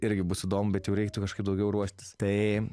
irgi bus įdomu bet jau reiktų kažkaip daugiau ruoštis tai